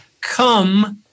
come